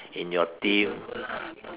in your team